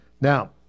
Now